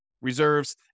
Reserves